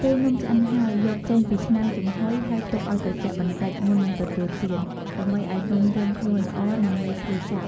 ពេលនំឆ្អិនហើយ យកចេញពីឆ្នាំងចំហុយ ហើយទុកឲ្យត្រជាក់បន្តិច មុននឹងទទួលទាន ដើម្បីឲ្យនំរឹងខ្លួនល្អ និងងាយស្រួលចាប់។